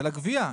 הגבייה.